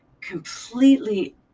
completely